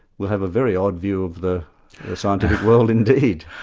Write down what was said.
will have a very odd view of the scientific world indeed.